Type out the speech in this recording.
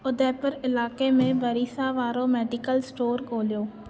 उदयपुर इलाक़े में भरिसां वारो मेडिकल स्टोरु ॻोल्हियो